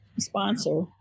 sponsor